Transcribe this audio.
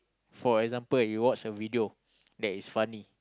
for example you watch a video that is funny